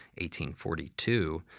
1842